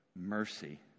mercy